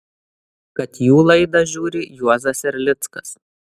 kad jų laidą žiūri juozas erlickas